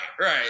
Right